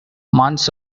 months